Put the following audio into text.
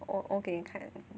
我我给你看